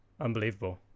Unbelievable